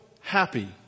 happy